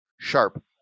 sharp